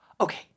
Okay